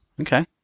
Okay